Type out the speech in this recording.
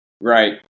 Right